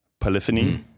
polyphony